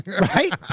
Right